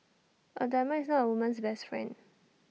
A diamond is not A woman's best friend